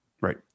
Right